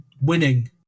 winning